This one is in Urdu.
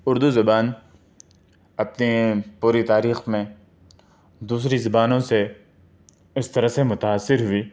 اردو زبان اپنے پوری تاریخ میں دوسری زبانوں سے اس طرح سے متاثر ہوئی